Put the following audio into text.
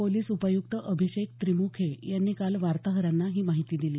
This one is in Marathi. पोलिस उपायुक्त अभिषेक त्रिमुखे यांनी काल वार्ताहरांना ही माहिती दिली